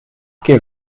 keer